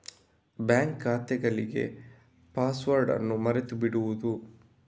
bank ಖಾತೆಗಳಿಗೆ password ಅನ್ನು ಮರೆತು ಬಿಡುವುದು